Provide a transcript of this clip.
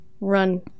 run